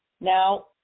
Now